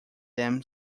them